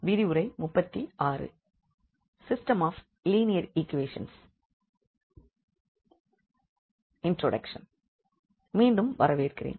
மீண்டும் வரவேற்கிறேன்